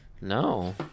No